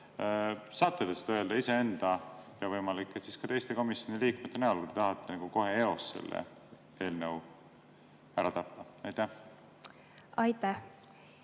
Saate te seda öelda iseenda ja võimalik, et ka teiste komisjoni liikmete nimel, et te tahate kohe eos selle eelnõu ära tappa? Aitäh! Mina